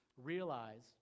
realize